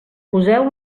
poseu